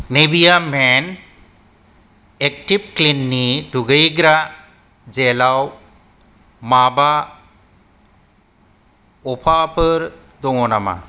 Nivea men active क्लिननि दुगैग्रा जेलआव माबा अफारफोर दङ नामा